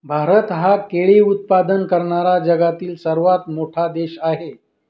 भारत हा केळी उत्पादन करणारा जगातील सर्वात मोठा देश आहे